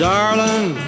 Darling